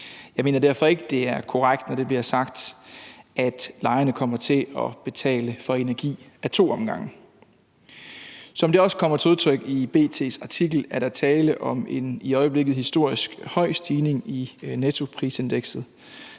Jeg mener derfor ikke, det er korrekt, når det bliver sagt, at lejerne kommer til at betale for energi ad to omgange. Som det også kommer til udtryk i B.T.s artikel, er der tale om en i øjeblikket historisk høj stigning i nettoprisindekset.